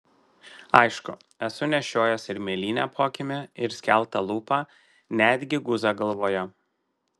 aišku esu nešiojęs ir mėlynę po akimi ir skeltą lūpą net gi guzą galvoje